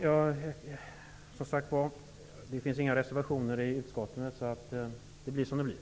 Det finns, som sagt, inga reservationer till utskottsbetänkandet, så det blir som det blir.